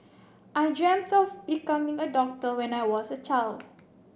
I dreamt of becoming a doctor when I was a child